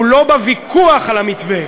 הוא לא בוויכוח על המתווה,